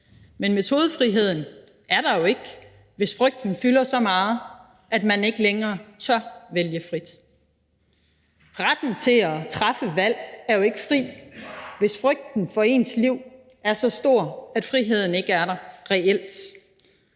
men metodefriheden er der jo ikke, hvis frygten fylder så meget, at man ikke længere tør vælge frit. Retten til at træffe et valg er jo ikke til stede, hvis frygten for ens liv er så stor, at friheden ikke er der reelt,